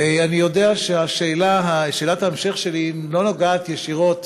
אני יודע ששאלת ההמשך שלי לא קשורה ישירות